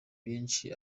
byinshi